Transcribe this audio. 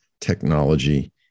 technology